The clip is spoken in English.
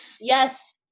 Yes